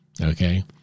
Okay